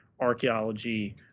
archaeology